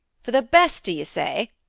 for the best, do you say?